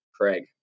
Craig